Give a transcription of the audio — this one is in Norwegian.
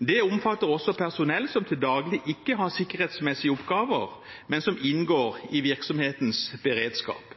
Det omfatter også personell som til daglig ikke har sikkerhetsmessige oppgaver, men som inngår i virksomhetens beredskap.